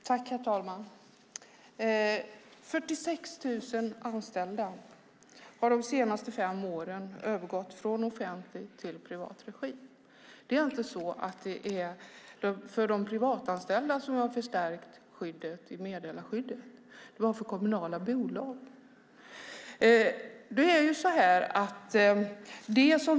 Herr talman! 46 000 anställda har de senaste fem åren övergått från offentlig till privat regi. Det är inte så att det är för de privatanställda som vi har förstärkt meddelarskyddet. Det var för kommunala bolag.